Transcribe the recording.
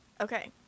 Okay